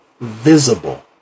visible